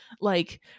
like-